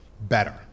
better